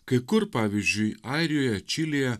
kai kur pavyzdžiui airijoje čilėje